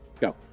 Go